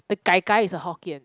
the gai-gai is a hokkien